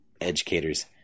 educators